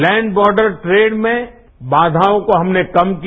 land border trade में बाघायों को हमने कम किया